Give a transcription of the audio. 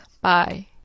Bye